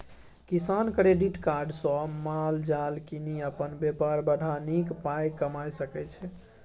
किसान credit card सँ माल जाल कीनि अपन बेपार बढ़ा नीक पाइ कमा सकै छै